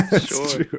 Sure